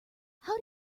how